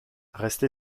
resté